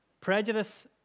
Prejudice